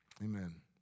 Amen